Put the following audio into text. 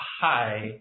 Hi